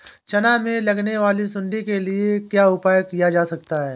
चना में लगने वाली सुंडी के लिए क्या उपाय किया जा सकता है?